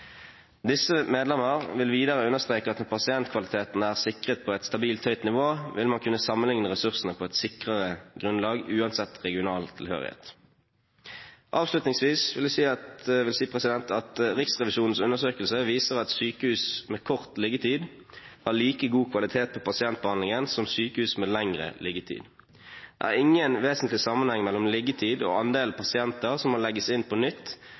vil videre understreke at når pasientkvaliteten er sikret på et stabilt høyt nivå, vil man kunne sammenlikne ressursene på et sikrere grunnlag uansett regional tilhørighet. Avslutningsvis vil jeg si at Riksrevisjonens undersøkelser viser at sykehus med kort liggetid har like god kvalitet på pasientbehandlingen som sykehus med lengre liggetid. Det er ingen vesentlig sammenheng mellom liggetid og andelen pasienter som må legges inn på nytt,